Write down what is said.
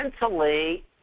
mentally